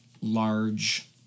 large